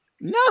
no